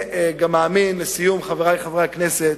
לסיום, חברי חברי הכנסת,